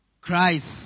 Christ